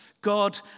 God